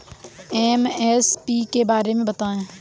MSP के बारे में बतायें?